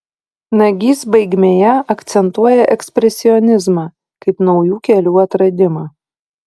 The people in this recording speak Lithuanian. nagys baigmėje akcentuoja ekspresionizmą kaip naujų kelių atradimą